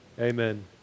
Amen